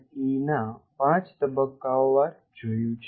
ઈ ના 5 તબક્કાઓ વાર જોયું છે